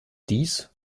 dies